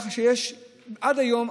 עד היום,